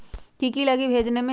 की की लगी भेजने में?